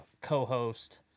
co-host